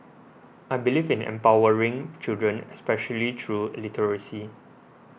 I believe in empowering children especially through literacy